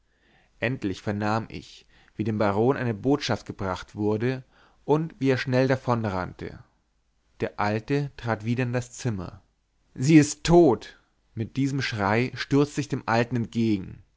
endlich vernahm ich wie dem baron eine botschaft gebracht wurde und wie er schnell davonrannte der alte trat wieder in das zimmer sie ist tot mit diesem schrei stürzte ich dem alten entgegen